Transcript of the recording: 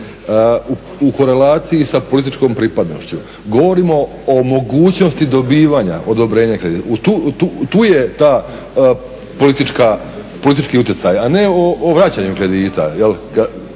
U korelaciji sa političkom pripadnošću, govorimo o mogućnosti dobivanja odobrenja kredita, tu je ta politička, politički utjecaj a ne o vraćanju kredita,